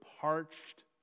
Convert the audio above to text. parched